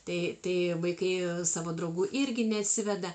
tai tai vaikai savo draugų irgi nesiveda